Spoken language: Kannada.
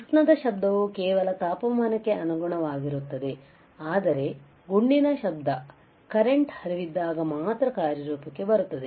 ಉಷ್ಣದ ಶಬ್ದವು ಕೇವಲ ತಾಪಮಾನಕ್ಕೆ ಅನುಗುಣವಾಗಿರುತ್ತದೆ ಆದರೆ ಗುಂಡಿನ ಶಬ್ದವು ಕರೆಂಟ್ ಹರಿವಿದ್ದಾಗ ಮಾತ್ರ ಕಾರ್ಯರೂಪಕ್ಕೆ ಬರುತ್ತದೆ